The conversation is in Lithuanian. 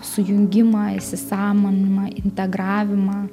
sujungimą įsisąmoninimą integravimą